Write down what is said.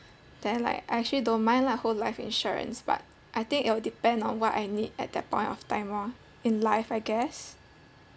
then like I actually don't mind lah whole life insurance but I think it'll depend on what I need at that point of time lor in life I guess